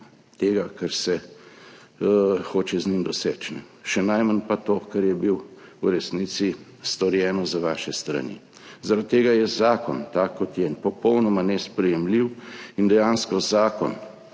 tega, kar se hoče z njim doseči, še najmanj pa to, kar je bilo v resnici storjeno z vaše strani. Zaradi tega je zakon, tak, kot je, popolnoma nesprejemljiv in dejansko zakon,